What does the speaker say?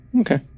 Okay